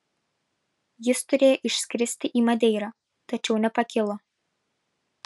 jis turėjo išskristi į madeirą tačiau nepakilo